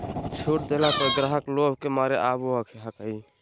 छुट देला पर ग्राहक लोभ के मारे आवो हकाई